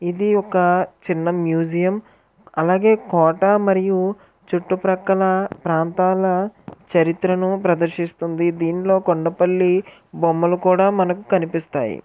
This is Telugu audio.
ఇది ఒక చిన్న మ్యూజియం అలాగే కోట మరియు చుట్టు ప్రక్కల ప్రాంతాల చరిత్రను ప్రదర్శిస్తుంది దీనిలో కొండపల్లి బొమ్మలు కూడా మనకు కనిపిస్తాయి